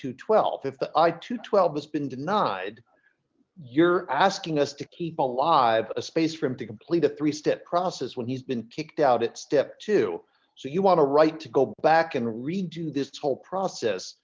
to twelve to twelve has been denied you're asking us to keep alive a space for him to complete a three step process when he's been picked out at step two so you want to right to go back and redo this whole process